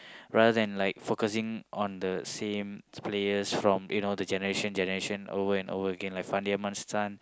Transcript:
rather than like focusing on the same players from you know the generation generation over and over again like Fandi-Ahmad's son